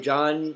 John